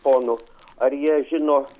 ponų ar jie žino